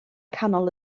canol